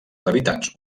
habitants